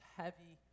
heavy